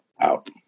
Out